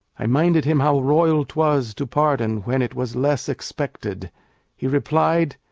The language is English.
i minded him how royal twas to pardon when it was less expected he replied,